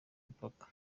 mupaka